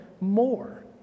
More